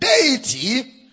deity